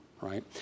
right